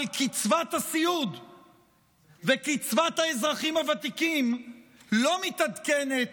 אבל קצבת הסיעוד וקצבת האזרחים הוותיקים לא מתעדכנות